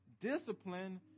Discipline